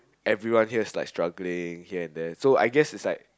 everyone here starts struggling here and there so I guess is like